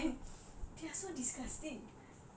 the look bad